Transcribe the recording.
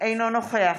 אינו נוכח